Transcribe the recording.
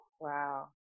Wow